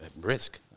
risk